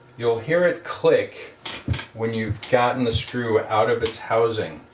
you'll hear it click when you've gotten the screw out of its housing